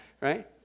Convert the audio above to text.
right